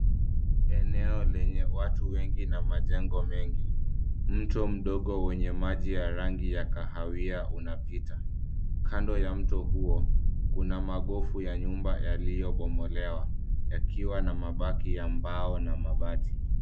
Eneo lenye watu wengi na majengo mengi, mto mdogo wenye maji ya rangi ya kahawia unapita . Kando ya mto huo, kuna magofu ya nyumba yaliyobomolewa, yakiwa na mabaki ya mbao na mabati.